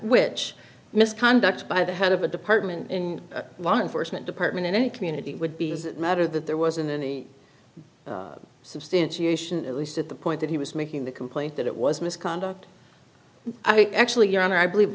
which misconduct by the head of a department in one unfortunate department in any community would be a matter that there wasn't any substantiation at least at the point that he was making the complaint that it was misconduct actually your honor i believe